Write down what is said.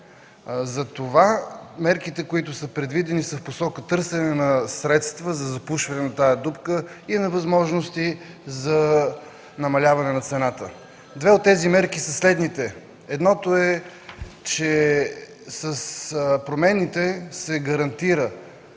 Затова мерките, които са предвидени, са в посока търсене на средства за запушване на тази дупка и на възможности за намаляване на цената. Две от тези мерки са следните. Едната е, че с промените се гарантира